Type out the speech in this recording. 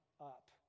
up